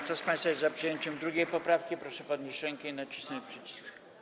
Kto z państwa jest za przyjęciem 2. poprawki, proszę podnieść rękę i nacisnąć przycisk.